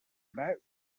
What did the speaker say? about